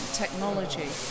technology